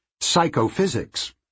Psychophysics